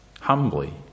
humbly